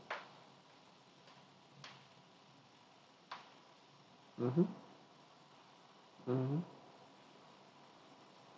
mmhmm mmhmm